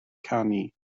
canu